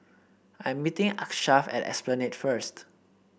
I'm meeting Achsah at Esplanade first